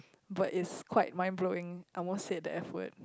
but it's quite mind blowing I almost say the F word